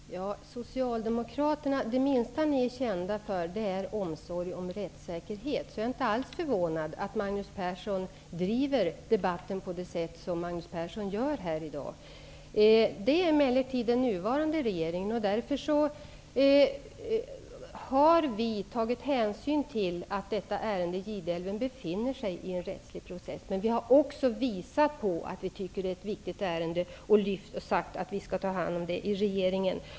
Herr talman! Det som ni socialdemokrater är minst kända för är omsorg om rättssäkerheten. Jag är därför inte alls förvånad över att Magnus Persson driver debatten på det sätt som sker i dag. Den nuvarande regeringen har emellertid tagit hänsyn till att ärendet om Gideälven är föremål för en rättslig process. Men vi har också visat på att vi tycker att detta är ett viktigt ärende, som vi skall ta hand om i regeringen.